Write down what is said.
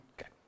Okay